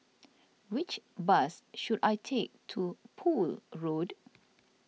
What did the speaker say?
which bus should I take to Poole Road